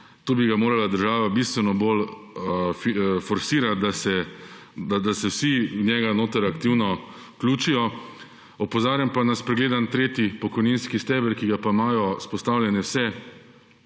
bi ga morala država bistveno bolj forsirati, da se vanj vsi aktivno vključijo. Opozarjam pa na spregledan tretji pokojninski steber, ki ga pa imajo vzpostavljene vse